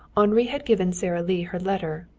henri had given sara lee her letter,